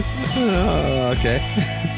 okay